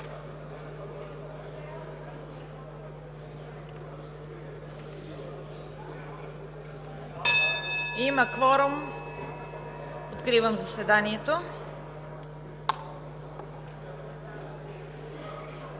Има кворум. Откривам заседанието.